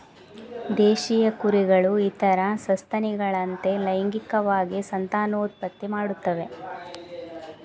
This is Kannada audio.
ದೇಶೀಯ ಕುರಿಗಳು ಇತರ ಸಸ್ತನಿಗಳಂತೆ ಲೈಂಗಿಕವಾಗಿ ಸಂತಾನೋತ್ಪತ್ತಿ ಮಾಡುತ್ತವೆ